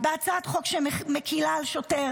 הצעת חוק שמקילה על שוטר